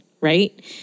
right